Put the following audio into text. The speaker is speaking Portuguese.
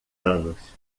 anos